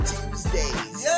Tuesdays